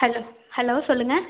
hello hello சொல்லுங்கள்